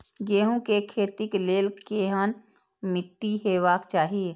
गेहूं के खेतीक लेल केहन मीट्टी हेबाक चाही?